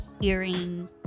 hearing